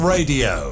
Radio